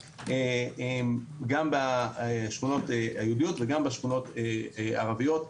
גם בשכונות היהודיות וגם בשכונות הערבות,